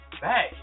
back